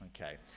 Okay